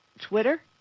Twitter